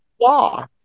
law